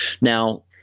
Now